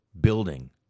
building